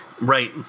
Right